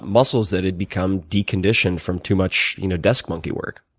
muscles that had become deconditioned from too much you know desk monkey work.